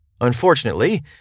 Unfortunately